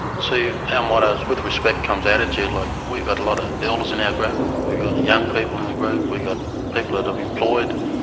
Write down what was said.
so our motto is with respect comes attitude, like we've got a lot of elders in our group. we've got young people in the group, we've got people that are employed,